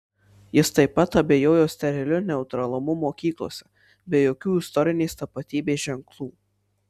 jis taip pat abejojo steriliu neutralumu mokyklose be jokių istorinės tapatybės ženklų